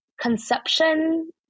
conception